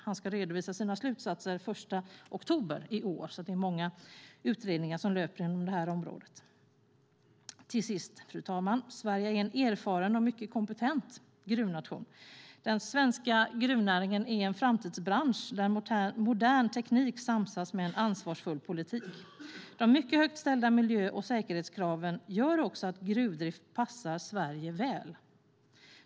Han ska redovisa sina slutsatser den 1 oktober i år. Fru talman! Sverige är en erfaren och mycket kompetent gruvnation. Den svenska gruvnäringen är en framtidsbransch där modern teknik samsas med en ansvarsfull politik. De mycket högt ställda miljö och säkerhetskraven gör att gruvdrift passar Sverige väl.